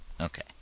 Okay